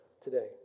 today